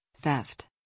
Theft